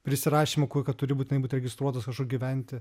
prisirašymo kur kad turi būtinai būt registruotas kažkur gyventi